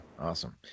awesome